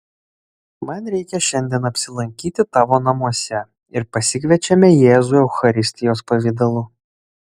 man reikia šiandien apsilankyti tavo namuose ir pasikviečiame jėzų eucharistijos pavidalu